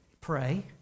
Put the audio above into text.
Pray